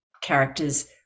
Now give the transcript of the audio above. characters